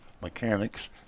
mechanics